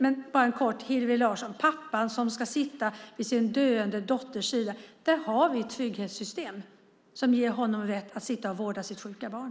Jag ger ett kort svar till Hillevi Larsson: Vi har trygghetssystem som ger pappan som ska sitta vid sin döende dotters sida rätt att vårda sitt sjuka barn.